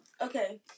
okay